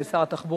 ועם שר התחבורה,